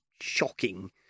shocking